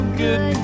good